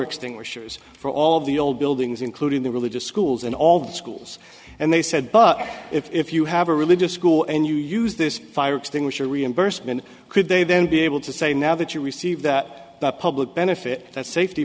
extinguishers for all of the old buildings including the religious schools and all the schools and they said but if you have a religious school and you use this fire extinguisher reimbursement could they then be able to say now that you receive that public benefit that safety